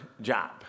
job